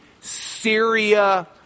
Syria